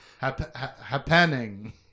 happening